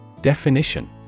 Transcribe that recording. Definition